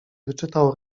wyczytał